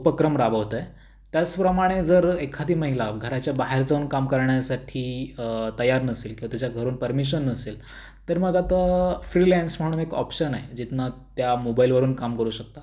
उपक्रम राबवत आहे त्याचप्रमाणे जर एखादी महिला घराच्या बाहेर जाऊन काम करण्यासाठी तयार नसेल किंवा तिच्या घरून पर्मिशन नसेल तर मग आता फ्रीलॅन्स म्हणून एक ऑप्शन आहे जिथून त्या मोबाईलवरून काम करू शकता